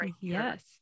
Yes